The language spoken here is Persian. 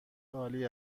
عالی